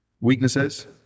weaknesses